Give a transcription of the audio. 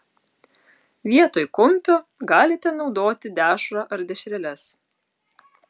vietoj kumpio galite naudoti dešrą ar dešreles